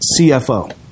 CFO